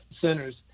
centers